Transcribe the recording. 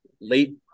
Late